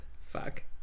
fuck